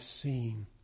seen